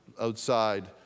outside